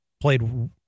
played